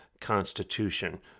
Constitution